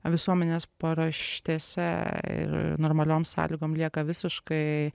visuomenės paraštėse ir normaliom sąlygom lieka visiškai